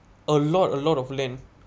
a lot a lot of land